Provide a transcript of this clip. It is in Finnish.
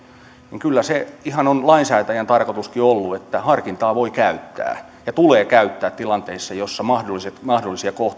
niin kyllä se ihan on lainsäätäjän tarkoituskin ollut että harkintaa voi käyttää ja tulee käyttää tilanteissa joissa mahdollisia mahdollisia